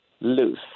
Loose